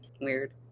weird